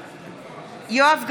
בעד יואב גלנט,